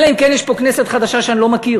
אלא אם כן יש פה כנסת חדשה שאני לא מכיר,